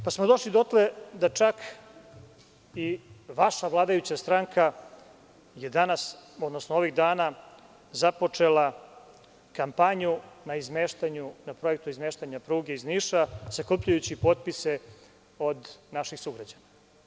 Došli smo dotle da je čak i vaša vladajuća stranka danas, odnosno ovih dana, započela kampanju na projektu izmeštanja pruge iz Niša, sakupljajući potpise od naših sugrađana.